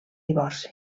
divorci